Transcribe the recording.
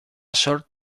short